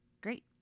Great